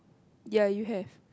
ya you have